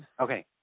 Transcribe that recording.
Okay